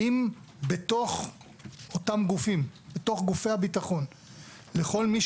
האם בתוך אותם גופים, בתוך גופי הביטחון וכול מי